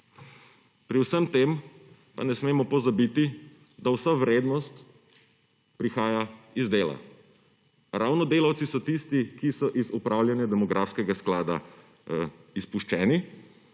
Pri vsem tem pa ne smemo pozabiti, da vsa vrednost prihaja iz dela. Ravno delavci so tisti, ki so iz opravljanje demografskega sklada izpuščeni,